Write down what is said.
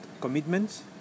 commitments